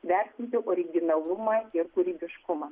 vertinti originalumą ir kūrybiškumą